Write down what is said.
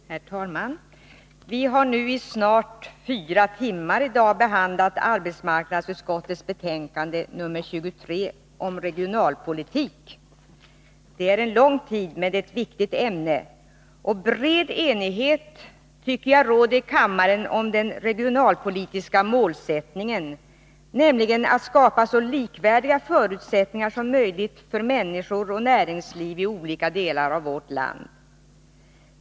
Herr talman! Vi har nu i snart fyra timmar behandlat arbetsmarknadsutskottets betänkande nr 23 om regionalpolitik. Det är en lång tid, men det är ett viktigt ämne. Bred enighet tycker jag råder i kammaren om den regionalpolitiska målsättningen, nämligen att skapa så likvärdiga förutsättningar som möjligt för människor och näringsliv i olika delar av vårt land.